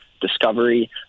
Discovery